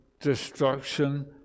destruction